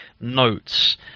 notes